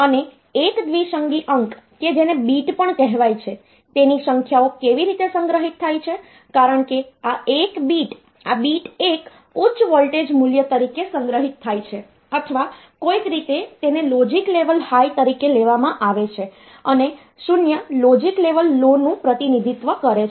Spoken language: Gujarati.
અને એક દ્વિસંગી અંક કે જેને બીટ પણ કહેવાય છે તેથી સંખ્યાઓ કેવી રીતે સંગ્રહિત થાય છે કારણ કે આ બીટ 1 ઉચ્ચ વોલ્ટેજ મૂલ્ય તરીકે સંગ્રહિત થાય છે અથવા કોઈક રીતે તેને લોજિક લેવલ હાઈ તરીકે લેવામાં આવે છે અને 0 લોજિક લેવલ લો નું પ્રતિનિધિત્વ કરે છે